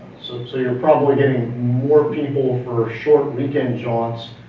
so you're probably getting more people for short weekend jaunts.